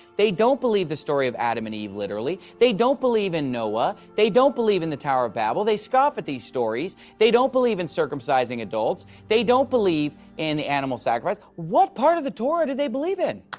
they don't believe the story of adam and eve literally, they don't believe in noah, they don't believe in the tower of babel, they scoff at these stories, they don't believe in circumcising adults they don't believe in the animal sacrifices, what part of the torah do they believe in!